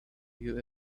you